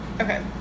Okay